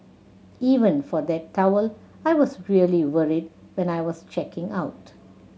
even for that towel I was really worried when I was checking out